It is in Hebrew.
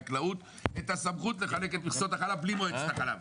את הסמכות לחלק את מכסות החלב בלי מועצת החלב.